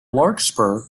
larkspur